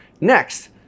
Next